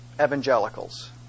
evangelicals